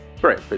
Great